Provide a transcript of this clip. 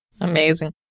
Amazing